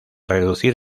reducir